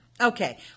okay